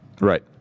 Right